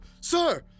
Sir